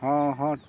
ᱦᱮᱸ ᱦᱮᱸ